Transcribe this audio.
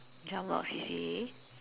jump a lot of C_C_A